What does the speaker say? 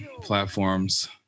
platforms